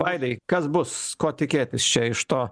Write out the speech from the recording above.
vaidai kas bus ko tikėtis čia iš to